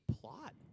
plot